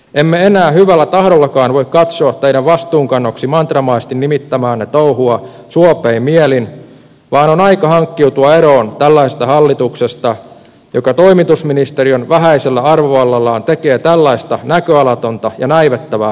emme enää hyvällä tahdollakaan voi katsoa teidän vastuunkannoksi mantramaisesti nimittämäänne touhua suopein mielin vaan on aika hankkiutua eroon tällaisesta hallituksesta joka toimitusministeriön vähäisellä arvovallallaan tekee tällaista näköalatonta ja näivettävää politiikkaa